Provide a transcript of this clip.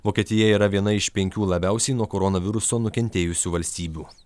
vokietija yra viena iš penkių labiausiai nuo koronaviruso nukentėjusių valstybių